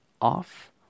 off